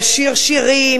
ישיר שירים,